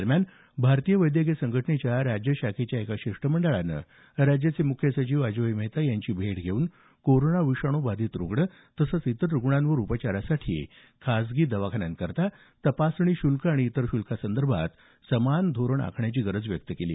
दरम्यान भारतीय वैद्यकीय संघटनेच्या राज्य शाखेच्या एका शिष्टमंडळानं राज्याचे मुख्य सचिव अजोय मेहता यांची भेट घेऊन कोरोना विषाणू बाधित रुग्ण तसंच इतर रुग्णांवर उपचारासाठी खासगी दवाखान्यांकरता तपासणी शुल्क आणि इतर श्रल्कासंदर्भात समान धोरण आखण्याची गरज व्यक्त केली